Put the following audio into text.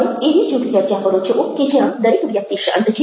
તમે એવી જૂથ ચર્ચા કરો છો કે જ્યાં દરેક વ્યક્તિ શાંત છે